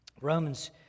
Romans